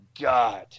God